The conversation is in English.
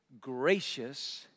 gracious